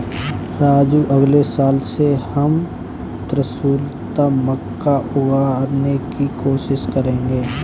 राजू अगले साल से हम त्रिशुलता मक्का उगाने की कोशिश करेंगे